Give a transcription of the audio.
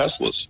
Teslas